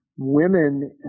Women